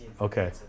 Okay